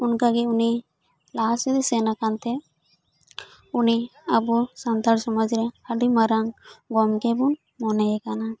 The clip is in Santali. ᱚᱱᱠᱟᱜᱤ ᱩᱱᱤ ᱞᱟᱦᱟᱥᱮᱫ ᱮ ᱥᱮᱱ ᱟᱠᱟᱱ ᱛᱮ ᱟᱵᱩ ᱩᱱᱤ ᱥᱟᱱᱛᱟᱲ ᱥᱚᱢᱟᱡᱽ ᱨᱮ ᱟᱹᱰᱤ ᱢᱟᱨᱟᱝ ᱜᱚᱢᱠᱮ ᱵᱩ ᱢᱚᱱᱮᱭᱮ ᱠᱟᱱᱟ